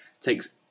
takes